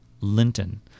Linton